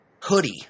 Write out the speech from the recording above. hoodie